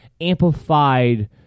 amplified